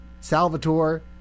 Salvatore